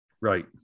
Right